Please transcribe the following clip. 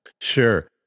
Sure